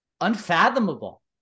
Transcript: unfathomable